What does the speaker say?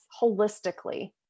holistically